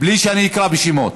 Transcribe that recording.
בלי שאני אקרא בשמות.